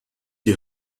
die